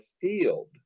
field